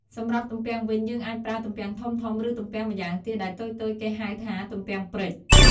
សម្រាប់ទំពាំងវិញ យើងអាចប្រើទំពាំងធំៗ ឬទំពាំងម្យ៉ាងទៀត ដែលតូចៗ គេហៅថា ទំពាំងព្រិច។